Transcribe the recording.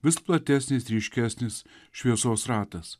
vis platesnis ryškesnis šviesos ratas